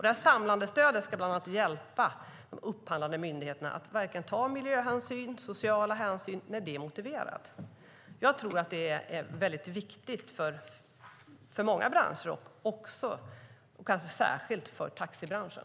Detta samlade stöd ska bland annat hjälpa de upphandlande myndigheterna att verkligen ta miljöhänsyn och sociala hänsyn när det är motiverat. Jag tror att det är mycket viktigt för många branscher, och kanske särskilt för taxibranschen.